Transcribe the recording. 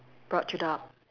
brought you up